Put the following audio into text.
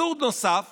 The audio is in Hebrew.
אבסורד נוסף